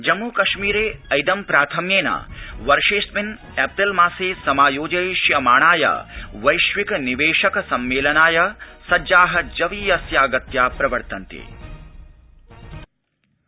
जम्मू कश्मीर ऐदम्प्राथम्येन वर्षेडस्मिन् एप्रिल् मासे समायोजयिष्यमाणाय वैश्विक निवेशक सम्मेलनाय सज्जा जवीयस्या गत्या प्रवर्तन्ते